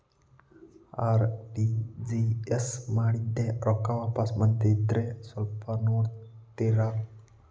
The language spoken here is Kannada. ಆರ್.ಟಿ.ಜಿ.ಎಸ್ ಮಾಡಿದ್ದೆ ರೊಕ್ಕ ವಾಪಸ್ ಬಂದದ್ರಿ ಸ್ವಲ್ಪ ನೋಡ್ತೇರ?